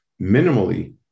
minimally